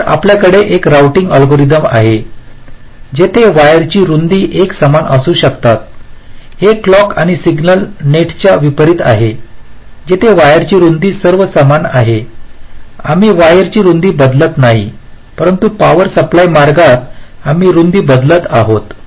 तर आपल्याकडे एक राउटिंग अल्गोरिदम आहे जेथे वायर रुंदी एक समान असू शकतात हे क्लॉक किंवा सिग्नल नेट्सच्या विपरीत आहे जिथे वायरची रुंदी सर्व समान आहे आम्ही वायरची रुंदी बदलत नाही परंतु पॉवर सप्लाय मार्गात आम्ही रुंदी बदलत आहोत